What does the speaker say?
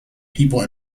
people